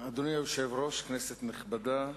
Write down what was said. אדוני היושב-ראש, כנסת נכבדה,